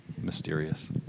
mysterious